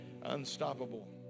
Unstoppable